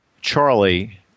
Charlie